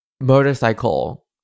motorcycle